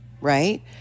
right